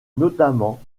notamment